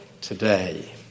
today